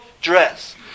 dress